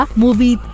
movie